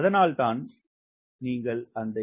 அதனால்தான் நீங்கள் அந்த எண்ணை 0